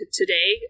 today